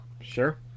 Sure